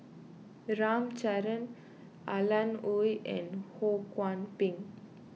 chandran Alan Oei and Ho Kwon Ping